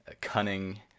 cunning